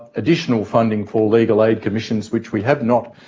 additional funding for legal aid commissions which we have not,